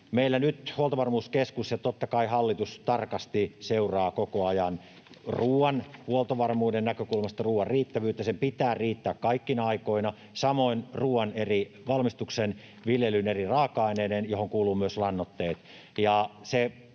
meillä nyt Huoltovarmuuskeskus ja totta kai hallitus tarkasti seuraavat koko ajan ruoan huoltovarmuuden näkökulmasta ruoan riittävyyttä — sen pitää riittää kaikkina aikoina — ja samoin ruoan valmistuksen ja viljelyn eri raaka-aineiden riittävyyttä, mihin kuuluvat myös lannoitteet.